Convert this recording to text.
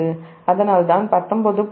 43100 அதனால்தான் 19